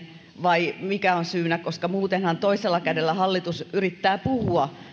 vai mikä on syynä muutenhan toisella kädellä hallitus yrittää puhua